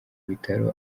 bitaro